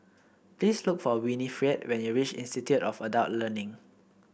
please look for Winifred when you reach Institute of Adult Learning